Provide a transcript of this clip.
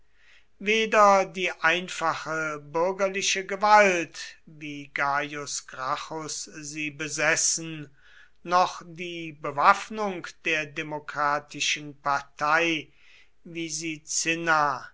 weder die einfache bürgerliche gewalt wie gaius gracchus sie besessen noch die bewaffnung der demokratischen partei wie sie cinna